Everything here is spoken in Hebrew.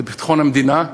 זה ביטחון המדינה,